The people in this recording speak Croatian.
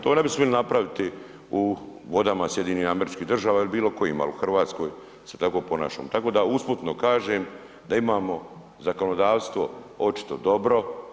To ne bi smjeli napraviti u vodama SAD-a ili bilo kojima, ali u Hrvatskoj se tako ponašaju, tako da usputno kažem da imamo zakonodavstvo očito dobro.